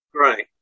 Right